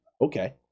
Okay